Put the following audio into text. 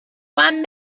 quan